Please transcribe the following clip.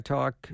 Talk